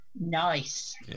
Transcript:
Nice